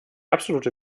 absolute